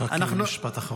משפט אחרון.